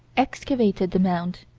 excavated the mound.